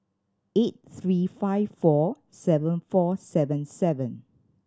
eight three five four seven four seven seven